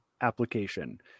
application